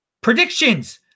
Predictions